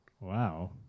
Wow